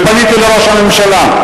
ופניתי לראש הממשלה.